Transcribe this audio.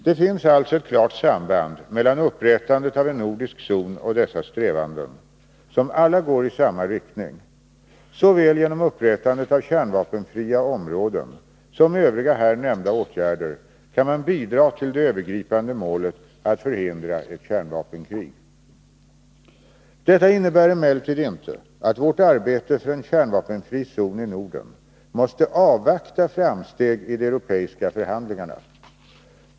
Det finns alltså ett klart samband mellan upprättandet av en nordisk zon och dessa strävanden, som alla går i samma riktning. Såväl genom upprättandet av kärnvapenfria områden som genom övriga här nämnda åtgärder kan man bidra till det övergripande målet att förhindra ett kärnvapenkrig. Detta innebär emellertid inte att vårt arbete för en kärnvapenfri zon i Norden måste avvakta framsteg i de europeiska förhandlingarna.